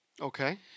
Okay